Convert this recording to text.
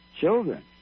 Children